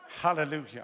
Hallelujah